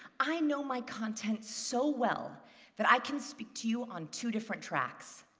i know my content so well that i can speak to you on two different tracks.